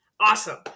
Awesome